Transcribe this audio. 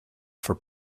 for